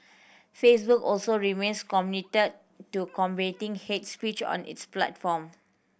Facebook also remains committed to combating hate speech on its platform